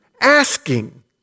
asking